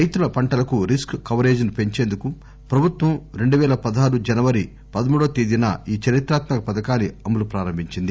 రైతుల పంటలకు risk coverages పెంచేందుకు ప్రభుత్వం రెండు వెయ్యి పదహారు జనవరి పదమూడు వ తేదీన ఈ చారిత్రాత్మక పథకాన్ని అమలు ప్రారంభించింది